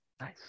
nice